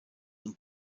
und